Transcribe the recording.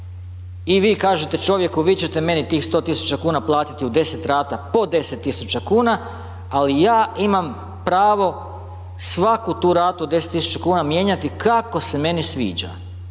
i vi kažete čovjeku vi ćete meni tih 100.000 kuna platiti u 10 rata po 10.000 kuna ali ja imam pravo svaku tu ratu 10.000 kuna mijenjati kako se meni sviđa,